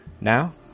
Now